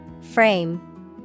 Frame